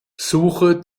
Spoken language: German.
suche